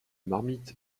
marmite